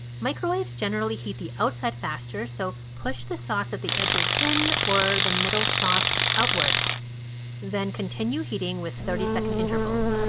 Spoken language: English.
microwaves generally heat the outside faster so push the sauce at the edges in or the middle sauce out. then continue heating with thirty second intervals.